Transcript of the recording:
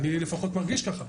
אני לפחות מרגיש כך.